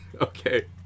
Okay